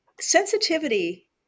sensitivity